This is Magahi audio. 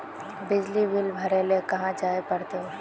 बिजली बिल भरे ले कहाँ जाय पड़ते ऑफिस?